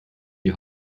die